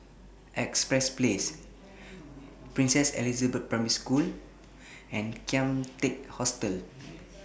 Empress Place Princess Elizabeth Primary School and Kian Teck Hostel